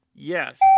Yes